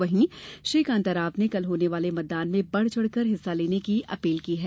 वहीं कांताराव ने कल होने वाले मतदान में बढ चढकर मतदा करने की अपील की है